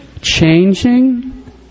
changing